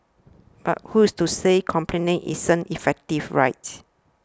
but who's to say complaining isn't effective right